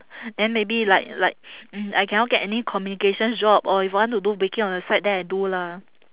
then maybe like like mm I cannot get any communications job or if I want to do baking on the side then I do lah